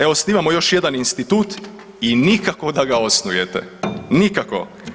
Evo osnivamo još jedan institut i nikako da ga osnujete, nikako.